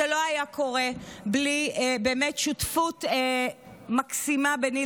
זה לא היה קורה בלי באמת שותפות מקסימה ביני